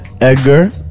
Edgar